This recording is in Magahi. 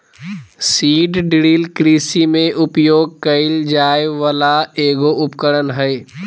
सीड ड्रिल कृषि में उपयोग कइल जाय वला एगो उपकरण हइ